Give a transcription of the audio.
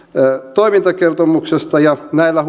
toimintakertomuksesta ja näillä